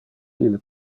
ille